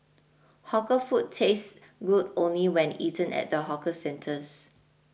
hawker food tastes good only when eaten at the hawker centres